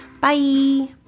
Bye